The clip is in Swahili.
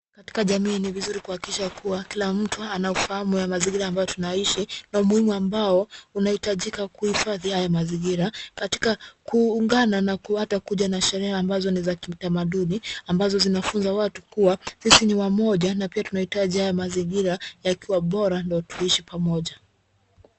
Katika jamii ni vizuri kuhakikisha ya kuwa kila mtu anaufahamu haya mazingira ambayo tunayaishi na umuhimu ambao unahitajika kuhifadhi haya mazingira katika kuungana na hata kuja na sherehe ambazo ni za kitamaduni ambazo zinafunza watu kuwa sisi ni wamoja na pia tunahitaji haya mazingira yakiwa bora ndo tuishi pamoja.